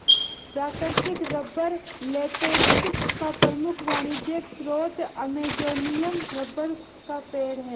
प्राकृतिक rubber latex का प्रमुख वाणिज्यिक स्रोत अमेज़ॅनियन रबर का पेड़ है